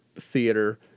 theater